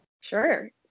Sure